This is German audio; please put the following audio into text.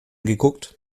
geguckt